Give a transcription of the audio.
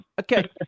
Okay